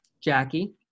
Jackie